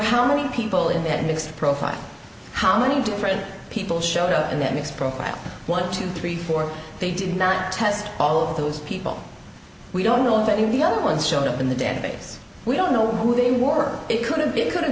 how many people in that mix profile how many different people showed up in that mix profile one two three four they didn't test all of those people we don't know if any of the other ones showed up in the database we don't know who they wore it could have been could